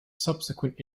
subsequent